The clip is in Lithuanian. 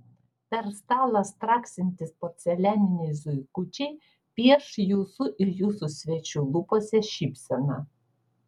per stalą straksintys porcelianiniai zuikučiai pieš jūsų ir jūsų svečių lūpose šypseną